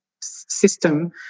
system